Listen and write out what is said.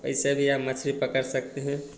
वैसे भी आप मछली पकड़ सकते हैं